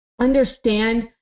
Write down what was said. understand